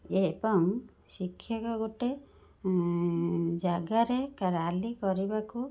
ଏବଂ ଶିକ୍ଷକ ଗୋଟିଏ ଜାଗାରେ ରାଲି କରିବାକୁ